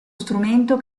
strumento